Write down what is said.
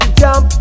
jump